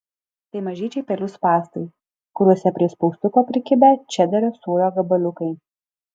tai mažyčiai pelių spąstai kuriuose prie spaustuko prikibę čederio sūrio gabaliukai